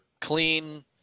clean